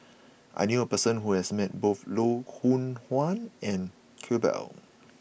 I knew a person who has met both Loh Hoong Kwan and Iqbal